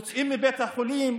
הם יוצאים מבית החולים.